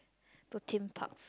to theme parks